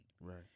Right